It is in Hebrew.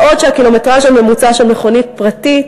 בעוד שהקילומטרז' הממוצע של מכונית פרטית